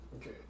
Okay